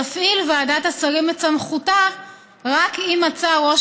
תפעיל ועדת השרים את סמכותה רק אם מצא ראש